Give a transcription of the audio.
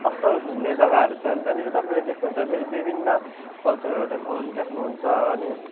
असल घुम्ने जग्गाहरू छ त्यहाँनिर तपाईँले देख्नुहुन्छ विभिन्न कल्चरहरू देखाउनु देख्नुहुन्छ अनि